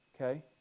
okay